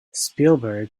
spielberg